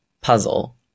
puzzle